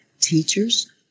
teachers